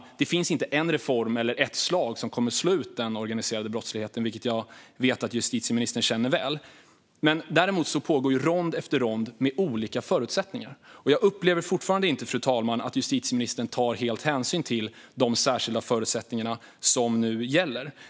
Det finns inte en reform eller ett slag som kommer att slå ut den organiserade brottsligheten, vilket jag vet att justitieministern känner väl till. Däremot pågår rond efter rond med olika förutsättningar. Jag upplever fortfarande inte, fru talman, att justitieministern helt tar hänsyn till de särskilda förutsättningar som nu gäller.